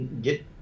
get